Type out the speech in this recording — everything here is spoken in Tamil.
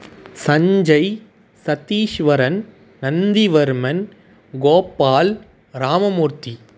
சன்ஜய் சத்தீஷ்வரன் நந்திவர்மன் கோபால் ராமமூர்த்தி